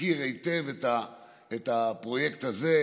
הוא מכיר היטב את הפרויקט הזה,